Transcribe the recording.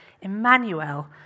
Emmanuel